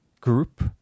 group